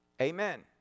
Amen